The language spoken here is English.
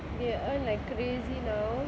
they earn like crazy now